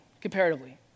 comparatively